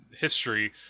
history